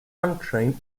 untrained